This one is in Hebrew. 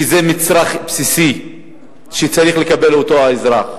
שזה מצרך בסיסי שצריך לקבל אותו האזרח.